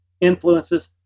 influences